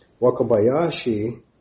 Wakabayashi